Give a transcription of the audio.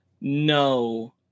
No